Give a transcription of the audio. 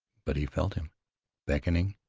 but he felt him beckoning,